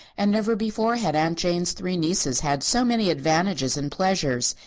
and never before had aunt jane's three nieces had so many advantages and pleasures.